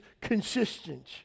consistent